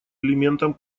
элементом